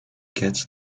gets